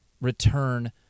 return